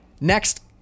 next